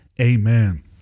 amen